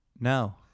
no